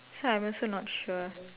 so I am also not sure